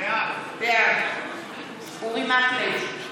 בעד אורי מקלב,